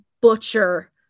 butcher